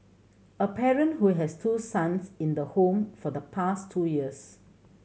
a parent who has two sons in the home for the past two years